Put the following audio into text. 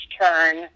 turn